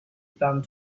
found